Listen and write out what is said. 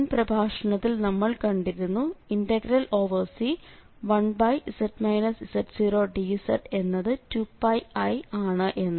മുൻ പ്രഭാഷണത്തിൽ നമ്മൾ കണ്ടിരുന്നു C1z z0dz എന്നത് 2πi ആണ് എന്ന്